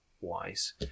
wise